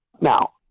Now